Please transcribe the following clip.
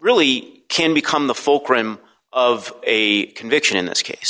really can become the fulcrum of a conviction in this case